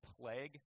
plague